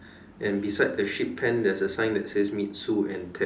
and beside the sheep pent there's a sign that says meet Sue and Ted